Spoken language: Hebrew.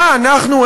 מה אנחנו,